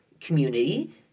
community